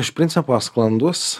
iš principo sklandus